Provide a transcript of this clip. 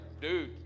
dude